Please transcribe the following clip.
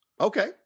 Okay